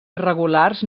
irregulars